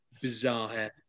bizarre